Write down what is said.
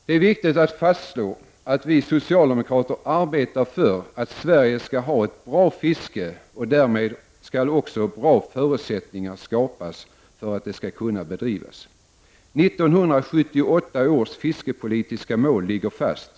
Det är viktigt att fastslå att vi socialdemokrater arbetar för att Sverige skall ha ett bra fiske, och därmed skall också bra förutsättningar skapas för att det skall kunna bedrivas. 1978 års fiskepolitiska mål ligger fast.